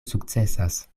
sukcesas